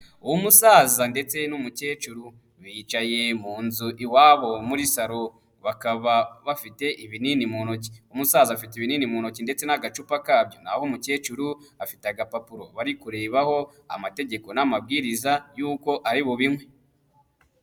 Umusaza ndetse n'umukecuru, bicaye mu nzu iwabo muri salo, bakaba bafite ibinini mu ntoki. Umusaza afite ibinini mu ntoki ndetse n'agacupa kabyo, na ho umukecuru afite agapapuro bari kurebaho amategeko n'amabwiriza y'uko ari bubinywe.